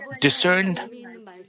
discerned